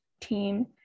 team